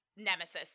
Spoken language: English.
nemesis